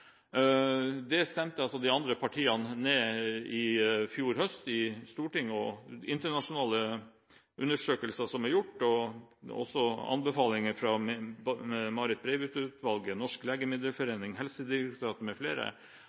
Det stemte de andre partiene i Stortinget ned i fjor høst. Internasjonale undersøkelser som er gjort, viser at det er å anbefale på det sterkeste. Det er også anbefalt fra Marit Breivik-utvalgets side, fra Legemiddeforeningen og fra Helsedirektoratet